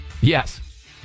Yes